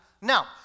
Now